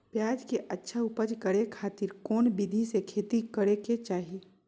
प्याज के अच्छा उपज करे खातिर कौन विधि से खेती करे के चाही?